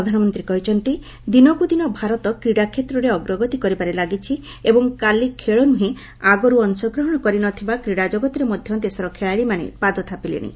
ପ୍ରଧାନମନ୍ତ୍ରୀ କହିଛନ୍ତି ଦିନକୁ ଦିନ ଭାରତ କ୍ରୀଡ଼ା କ୍ଷେତ୍ରରେ ଅଗ୍ରଗତି କରିବାରେ ଲାଗିଛି ଏବଂ କାଲି ଖେଳ ନୁହେଁ ଆଗରୁ ଅଂଶଗ୍ରହଣ କରି ନ ଥିବା କ୍ରୀଡ଼ାଜଗତରେ ମଧ୍ୟ ଦେଶର ଖେଳାଳିମାନେ ପାଦ ଥାପିଲେଣି